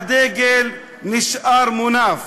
הדגל נשאר מונף.